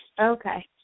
Okay